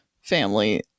family